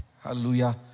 Hallelujah